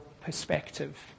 perspective